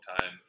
time